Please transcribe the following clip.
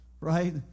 right